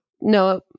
no